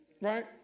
right